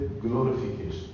glorification